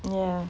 ya